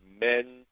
men